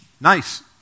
nice